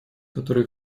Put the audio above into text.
которые